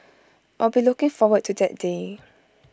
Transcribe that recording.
I will be looking forward to that day